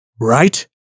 Right